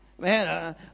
Man